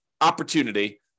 opportunity